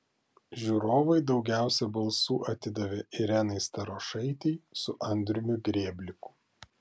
žiūrovai daugiausiai balsų atidavė irenai starošaitei su andriumi grėbliku